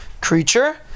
creature